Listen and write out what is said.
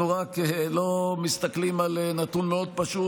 אנחנו רק לא מסתכלים על נתון מאוד פשוט: